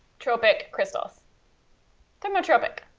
tropic crystals thermotropic.